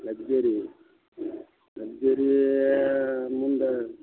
luxury luxury ಮುಂದೆ